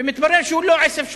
ומתברר שהוא לא עשב שוטה.